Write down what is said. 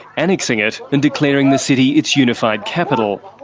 annexing it and declaring the city its unified capital.